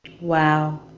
Wow